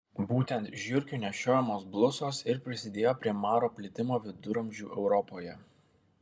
būtent žiurkių nešiojamos blusos ir prisidėjo prie maro plitimo viduramžių europoje